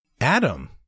Adam